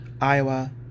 iowa